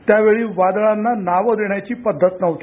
त्यावेळी वादळांना नावं देण्याची पद्धत नव्हती